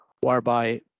whereby